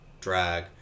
drag